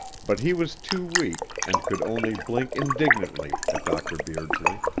but he was too weak and could only blink indignantly at dr. beardsley.